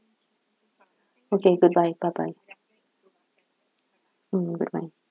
okay good bye bye bye mm good bye